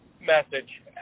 message